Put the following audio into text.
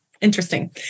interesting